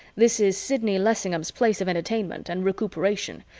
this is sidney lessingham's place of entertainment and recuperation.